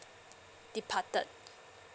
departed